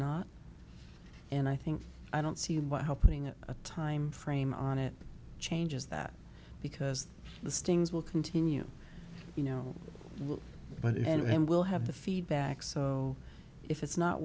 not and i think i don't see what happening at a time frame on it changes that because the stings will continue you know but and we'll have the feedback so if it's not